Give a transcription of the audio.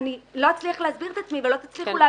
אני לא אצליח להסביר את עצמי אם אני לא אצליח לסיים את המשפט.